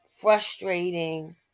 frustrating